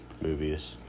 movies